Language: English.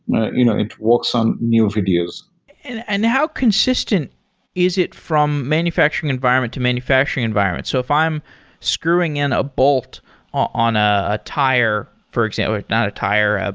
you know it works on new videos and and how consistent is it from manufacturing environment to manufacturing environment? so if i'm screwing in a bolt on a tire, for example. not a tire, ah